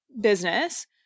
business